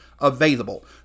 available